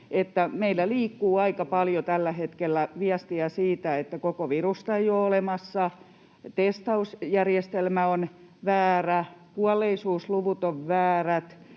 meillä liikkuu aika paljon tällä hetkellä viestiä siitä, että koko virusta ei ole olemassa, testausjärjestelmä on väärä, kuolleisuusluvut ovat väärät